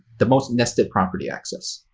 the most nested property access.